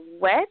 wet